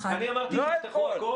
אני חושבת שהם צריכים לחזור,